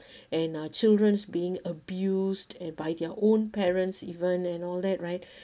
and our children's being abused and by their own parents even and all that right